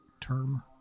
term